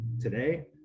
today